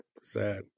Sad